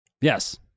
Yes